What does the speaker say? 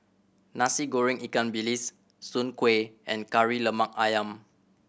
Nasi Goreng ikan bilis Soon Kueh and Kari Lemak Ayam